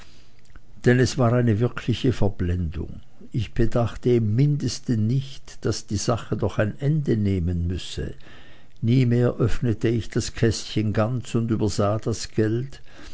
es war eine wirkliche verblendung ich bedachte im mindesten nicht daß die sache doch ein ende nehmen müsse nie mehr öffnete ich das kästchen ganz und übersah das geld